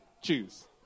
choose